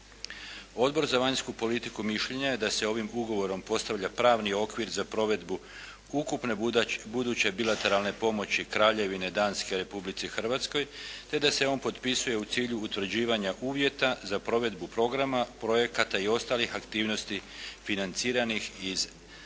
Odbor za vanjsku politiku mišljenja je da se ovim ugovorom postavlja pravni okvir za provedbu ukupne buduće bilateralne pomoći Kraljevine Danske Republici Hrvatskoj, te da se on potpisuje u cilju utvrđivanja uvjeta za provedbu programa, projekata i ostalih aktivnosti financiranih iz danske